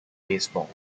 baseball